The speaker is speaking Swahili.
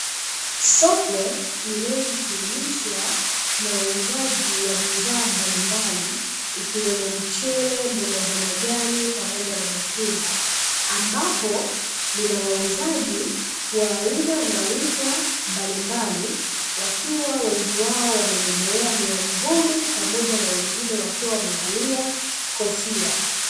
Soko linalijishughulisha na uuzaji wa bidhaa mbalimbali, ikiwemo mchele, mboga za majani pamoja na matunda ambapo linawauzaji wa aina na rika mbalimbali wakiwa wengi wao wamebebelea miamvuli pamoja na wengine wakiwa wamevalia kofia.